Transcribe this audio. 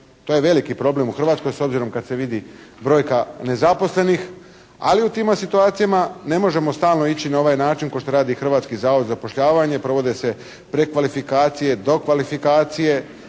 To je veliki problem u Hrvatskoj s obzirom kad se vidi brojka nezaposlenih, ali u tima situacijama ne možemo stalno ići na ovaj način kao što radi Hrvatski zavod za zapošljavanje, provode se prekvalifikacije, dokvalifikacije